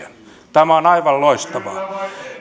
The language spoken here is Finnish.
tämä on aivan loistavaa